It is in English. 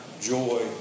joy